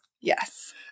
Yes